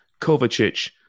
Kovacic